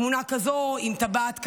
תמונה כזו עם טבעת כזו,